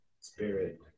Spirit